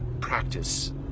practice